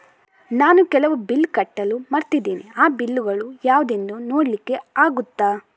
ನಾನು ಕೆಲವು ಬಿಲ್ ಕಟ್ಟಲು ಮರ್ತಿದ್ದೇನೆ, ಆ ಬಿಲ್ಲುಗಳು ಯಾವುದೆಂದು ನೋಡ್ಲಿಕ್ಕೆ ಆಗುತ್ತಾ?